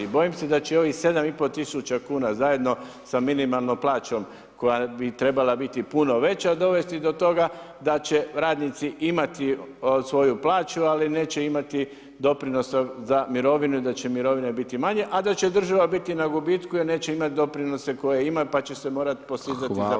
I bojim se da će ovih 7,5 tisuća kn, zajedno sa minimalnom plaćom, koja bi trebala biti puno veća, dovesti do toga, da će radnici imati svoju plaću, ali neće imati doprinose za mirovine i da će mirovine biti manje, a da će država biti na gubitku jer neće imati doprinose koje ima, pa će se morati postizati za proračun.